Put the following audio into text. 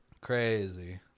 Crazy